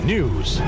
News